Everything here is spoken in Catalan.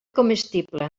comestible